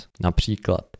Například